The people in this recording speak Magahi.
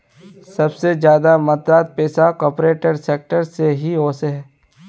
सबसे ज्यादा मात्रात पैसा कॉर्पोरेट सेक्टर से ही वोसोह